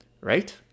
Right